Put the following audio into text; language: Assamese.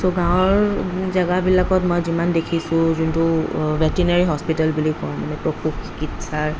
চ' গাঁৱৰ জেগাবিলাকত মই যিমান দেখিছোঁ যোনটো ভেটেনাৰী হস্পিতেল বুলি কয় মানে পশু চিকিৎসাৰ